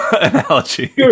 analogy